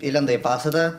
įlenda į pastatą